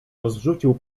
rozrzucił